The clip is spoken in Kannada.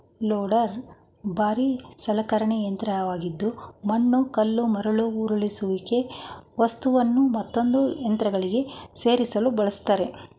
ಲೋಡರ್ ಭಾರೀ ಸಲಕರಣೆ ಯಂತ್ರವಾಗಿದ್ದು ಮಣ್ಣು ಕಲ್ಲು ಮರಳು ಉರುಳಿಸುವಿಕೆ ವಸ್ತುನು ಮತ್ತೊಂದು ಯಂತ್ರಗಳಿಗೆ ಸರಿಸಲು ಬಳಸ್ತರೆ